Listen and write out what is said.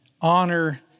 honor